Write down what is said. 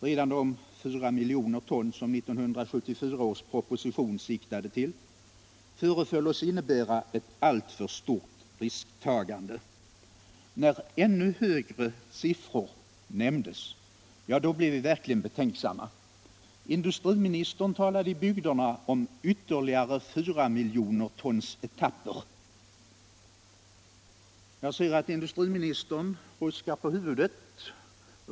Redan de 4 miljoner ton, som 1974 års proposition siktade till, föreföll oss innebära ett alltför stort risktagande. När ännu högre siffror nämndes, blev vi verkligen betänksamma. Industriministern talade i bygderna om ”ytterligare 4 miljoner-tons-etapper”. Jag ser att industriministern ruskar på huvudet.